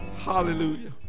Hallelujah